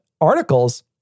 articles